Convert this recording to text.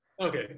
Okay